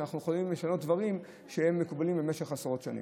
שאנחנו יכולים לשנות דברים שהם מקובלים במשך עשרות שנים.